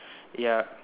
ya